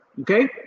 okay